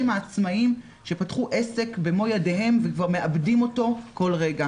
העצמאיים שפתחו עסק במו ידיהם וכבר מאבדים אותו כל רגע.